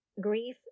grief